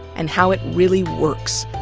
and how it really works.